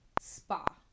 spa